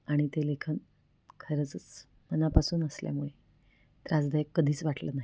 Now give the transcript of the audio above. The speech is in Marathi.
आणि ते लेखन खरंचच मनापासून असल्यामुळे त्रासदायक कधीच वाटलं नाही